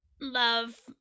love